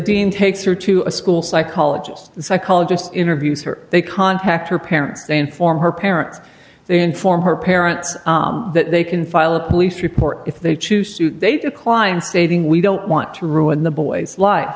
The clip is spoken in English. dean takes her to a school psychologist the psychologist interviews her they contact her parents they inform her parents they inform her parents that they can file a police report if they choose to they declined stating we don't want to ruin the boy's life